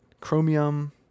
Chromium